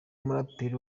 umuraperi